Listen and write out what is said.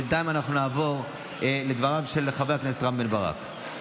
בינתיים אנחנו נעבור לדבריו של חבר הכנסת רם בן ברק.